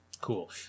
cool